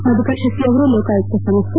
ಮಧುಕರ್ ಶೆಟ್ಟಿ ಅವರು ಲೋಕಾಯುಕ್ತ ಸಂಸ್ಥೆ